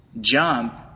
jump